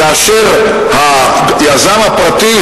כאשר היזם הפרטי,